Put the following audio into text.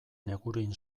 negurin